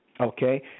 Okay